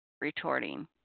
retorting